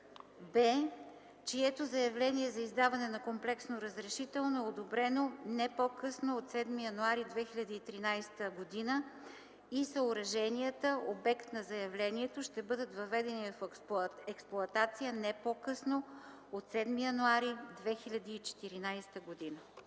б) чието заявление за издаване на комплексно разрешително е одобрено не по-късно от 7 януари 2013 г. и съоръженията – обект на заявлението, ще бъдат въведени в експлоатация не по-късно от 7 януари 2014 г.”